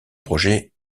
projet